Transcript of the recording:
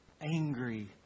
angry